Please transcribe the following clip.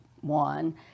one